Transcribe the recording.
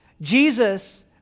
jesus